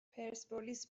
پرسپولیس